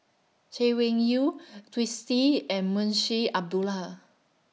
Chay Weng Yew Twisstii and Munshi Abdullah